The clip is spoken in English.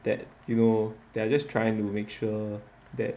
that you know they're just trying to make sure that